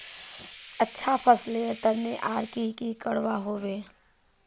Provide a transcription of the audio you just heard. अच्छा फसलेर तने आर की की करवा होबे?